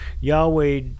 Yahweh